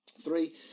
Three